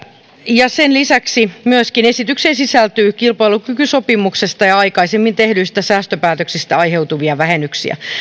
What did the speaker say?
ja sen lisäksi esitykseen sisältyy kilpailukykysopimuksesta ja aikaisemmin tehdyistä säästöpäätöksistä aiheutuvia vähennyksiä